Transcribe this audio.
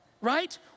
right